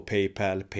Paypal